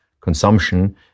consumption